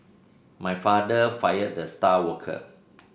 my father fired the star worker